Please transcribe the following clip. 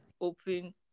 open